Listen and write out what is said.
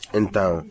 então